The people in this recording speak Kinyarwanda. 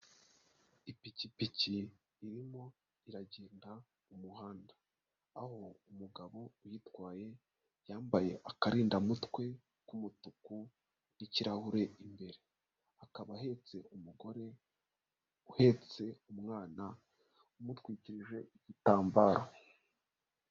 Ipikipiki irimo iragenda mu muhanda, aho umugabo uyitwaye yambaye akarinda mutwe k'umutuku n'ikirahure, imbere akaba ahetse umugore uhetse umwana umutwikije igitambaro.